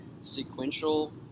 sequential